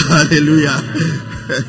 Hallelujah